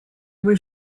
was